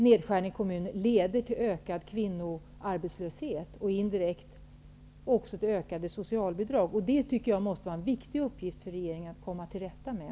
Nedskärningar i kommunerna leder till ökad kvinnoarbetslöshet och indirekt också till ökade socialbidrag. Det måste vara en viktig uppgift för regeringen att lösa det problemet.